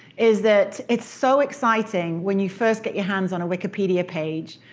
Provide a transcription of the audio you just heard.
is that it's so exciting when you first get your hands on a wikipedia page.